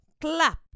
clap